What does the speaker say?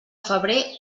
febrer